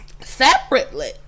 Separately